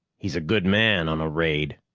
he's a good man on a raid.